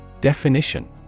Definition